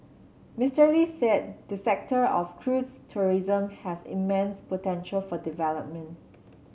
Mister Lee said the sector of cruise tourism has immense potential for development